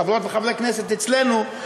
חברות וחברי כנסת אצלנו,